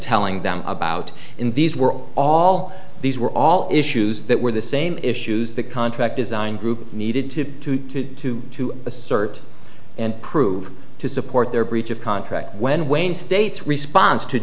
telling them about in these were all these were all issues that were the same issues the contract design group needed to to to to to assert and prove to support their breach of contract when wayne states response to